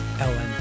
Ellen